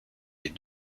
les